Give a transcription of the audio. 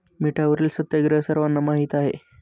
मिठावरील सत्याग्रह सर्वांना माहीत आहे